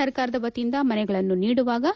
ಸರ್ಕಾರದ ವತಿಯಿಂದ ಮನೆಗಳನ್ನು ನೀಡುವಾಗ